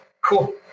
Cool